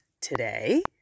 today